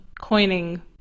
coining